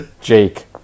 Jake